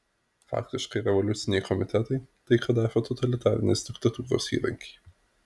faktiškai revoliuciniai komitetai tai kadafio totalitarinės diktatūros įrankiai